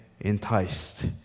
enticed